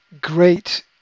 great